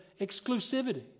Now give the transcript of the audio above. exclusivity